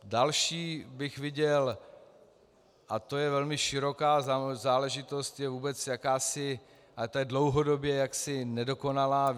Další bych viděl, a to je velmi široká záležitost, je vůbec jakási... a ta je dlouhodobě nedokonalá.